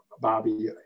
Bobby